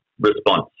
response